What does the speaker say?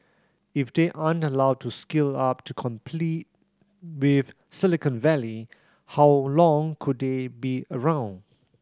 if they aren't allowed to scale up to complete with Silicon Valley how long could they be around